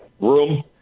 room